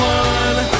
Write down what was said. one